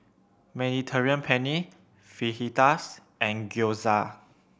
Mediterranean Penne Fajitas and Gyoza